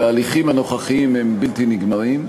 וההליכים הנוכחיים הם בלתי נגמרים.